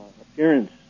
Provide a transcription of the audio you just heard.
appearance